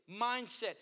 mindset